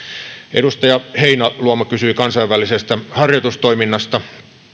edustaja heinäluoma kysyi kansainvälisestä harjoitustoiminnasta